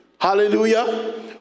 Hallelujah